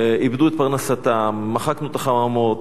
איבדו את פרנסתם, מחקנו את החממות,